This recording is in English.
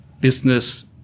business